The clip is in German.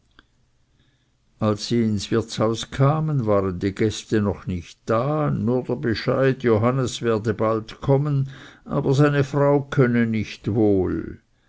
als sie ins wirtshaus kamen waren die gäste noch nicht da nur der bescheid johannes werde bald kommen aber seine frau könne nicht wohl